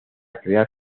crear